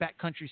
backcountry